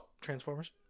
Transformers